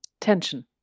tension